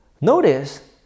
Notice